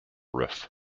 roof